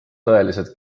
tõelised